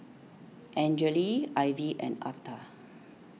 Angele Ivie and Atha